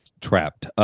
trapped